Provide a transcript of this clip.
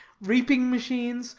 reaping machines,